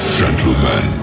gentlemen